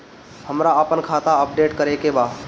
हमरा आपन खाता अपडेट करे के बा